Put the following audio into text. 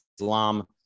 Islam